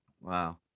wow